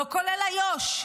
לא כולל איו"ש,